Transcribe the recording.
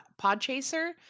Podchaser